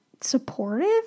supportive